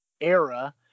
era